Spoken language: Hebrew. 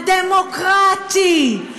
הדמוקרטי,